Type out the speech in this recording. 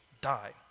die